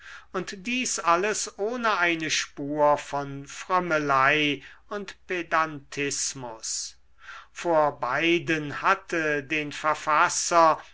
und dies alles ohne eine spur von frömmelei oder pedantismus vor beiden hatte den verfasser